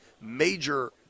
major